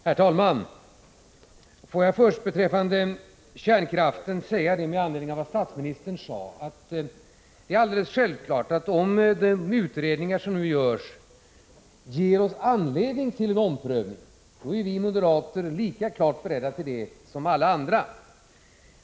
Herr talman! Får jag först beträffande kärnkraften säga med anledning av vad statsministern sade att det är alldeles självklart att vi moderater, om de utredningar som nu görs ger oss anledning till en omprövning, är lika klart beredda till en sådan som alla andra.